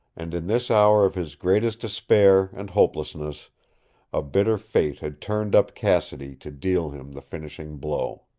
and in this hour of his greatest despair and hopelessness a bitter fate had turned up cassidy to deal him the finishing blow.